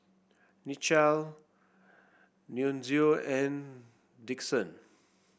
Nichelle Nunzio and Dixon